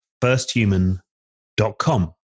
firsthuman.com